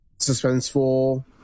suspenseful